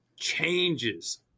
changes